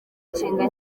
nshinga